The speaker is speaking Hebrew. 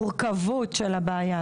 במורכבות של הבעיה,